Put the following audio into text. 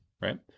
Right